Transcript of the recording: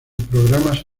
programas